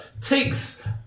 takes